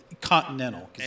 continental